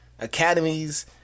academies